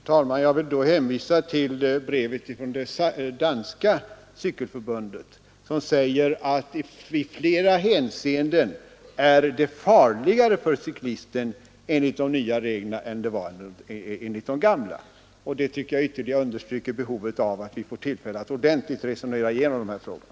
Herr talman! Jag vill då hänvisa till brevet ifrån danska cykelförbundet som säger att i flera hänseenden är det farligare för cyklisten enligt de nya reglerna än enligt de gamla. Det tycker jag ytterligare understryker behovet av att vi får tillfälle att ordentligt resonera igenom de här frågorna.